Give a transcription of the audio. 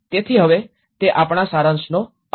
તેથી હવે તે આપણા સારાંશનો અંત છે